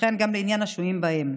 וכן לעניין השוהים בהם.